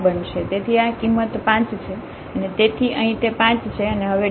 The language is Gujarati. તેથી આ કિંમત 5 છે અને તેથી અહીં તે 5 છે અને હવે dy છે